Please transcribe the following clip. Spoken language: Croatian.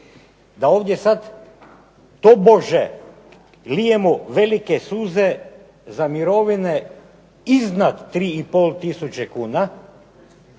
da ovdje sada tobože lijemo velike suze za mirovine iznad 3,5 tisuće kuna